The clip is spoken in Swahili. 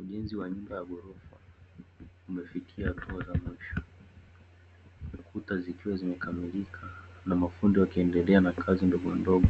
Ujenzi wa nyumba ya ghorofa umefikia hatua za mwisho, na kuta zimekamilika, na mafundi wakiendelea na kazi ndogondogo,